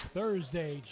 Thursday